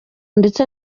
ndetse